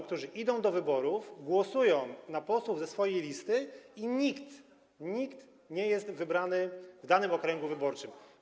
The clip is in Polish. którzy idą do wyborów, głosują na posłów ze swojej listy i nikt nie jest wybrany w danym okręgu wyborczym?